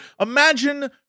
Imagine